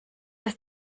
ist